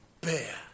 bear